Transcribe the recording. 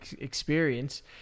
experience